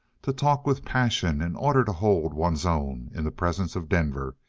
to talk with passion, in order to hold one's own in the presence of denver,